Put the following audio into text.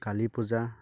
কালি পূজা